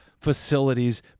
facilities